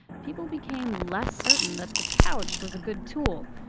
people became less certain that the couch was a good tool.